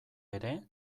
ere